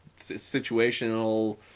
situational